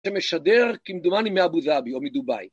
‫אתה משדר כמדומני מאבו דאבי ‫או מדובאי.